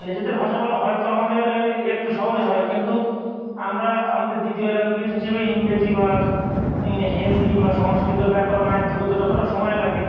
নিজেদের ভাষা বলে হয়তো আমাদের এ একটু সহজে হয় কিন্তু আমরা আমাদের দ্বিতীয় ল্যাঙ্গুয়েজ হিসেবে ইংরেজি বা হিন্দি বা সংস্কৃতর ব্যাকরণ আয়ত্ত করতে যতটা সময় লাগে